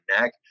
neck